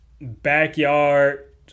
backyard